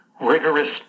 rigorous